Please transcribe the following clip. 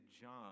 john